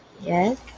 Yes